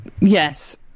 yes